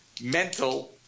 mental